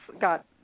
got